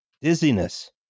Dizziness